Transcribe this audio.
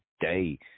day